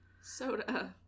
soda